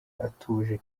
atuje